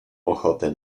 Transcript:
ochotę